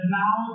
now